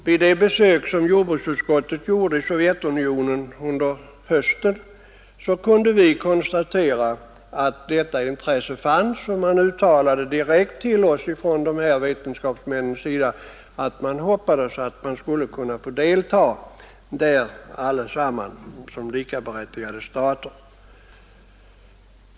Vid det besök som jordbruksutskottet gjorde i Sovjetunionen i höstas kunde vi konstatera detta starka intresse. Vetenskapsmännen sade direkt till oss att de hoppades kunna få delta i konferensen som likaberättigad stat.